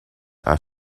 are